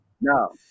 No